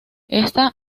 esta